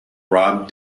rob